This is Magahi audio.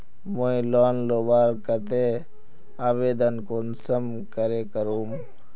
मुई लोन लुबार केते आवेदन कुंसम करे करूम?